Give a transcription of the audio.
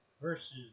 Versus